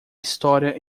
história